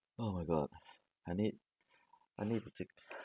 oh my god I need I need to take